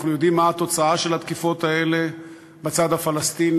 אנחנו יודעים מה התוצאה של התקיפות האלה בצד הפלסטיני.